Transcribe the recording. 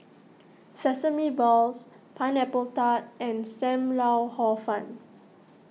Sesame Balls Pineapple Tart and Sam Lau Hor Fun